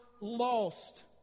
lost